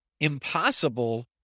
impossible